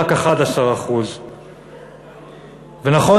רק 11%. ונכון,